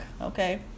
Okay